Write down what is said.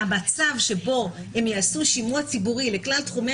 המצב שבו הם יעשו הם יעשו שימוע ציבורי לכלל תחומי